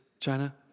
China